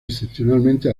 excepcionalmente